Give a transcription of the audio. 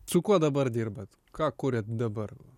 su kuo dabar dirbat ką kuriat dabar